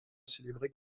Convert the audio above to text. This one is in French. célébrés